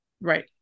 right